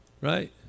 right